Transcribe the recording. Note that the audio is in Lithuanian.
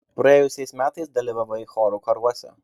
praėjusiais metais dalyvavai chorų karuose